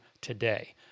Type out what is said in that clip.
today